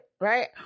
right